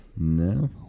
No